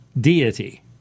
deity